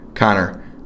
Connor